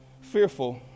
fearful